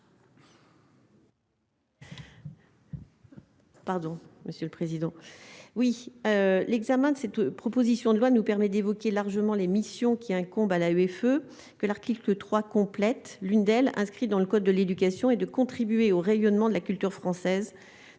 Pardon, monsieur le président, oui, l'examen de cette proposition de loi nous permet d'évoquer largement les missions qui incombent à la UFE que l'article que 3 complète l'une d'elles, inscrite dans le code de l'éducation et de contribuer au rayonnement de la culture française